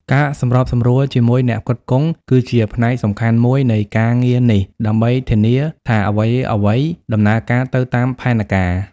ការសម្របសម្រួលជាមួយអ្នកផ្គត់ផ្គង់គឺជាផ្នែកសំខាន់មួយនៃការងារនេះ ដើម្បីធានាថាអ្វីៗដំណើរការទៅតាមផែនការ។